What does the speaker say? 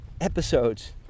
episodes